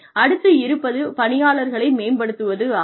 அடுத்து இருப்பது பணியாளர்களை மேம்படுத்துவது ஆகும்